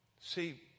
See